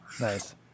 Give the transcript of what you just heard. Nice